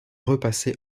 repasser